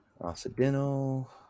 Occidental